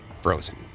frozen